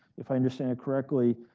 if i understand it correctly,